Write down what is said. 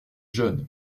jeunes